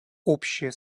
общее